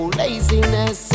laziness